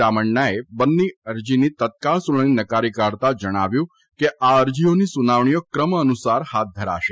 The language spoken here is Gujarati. રામણાએ બંને અરજીની તત્કાલ સુનાવણી નકારી કાઢતાં જણાવ્યું હતું કે આ અરજીઓની સુનાવણીઓ ક્રમ અનુસાર હાથ ધરાશે